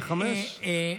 ל-05:00.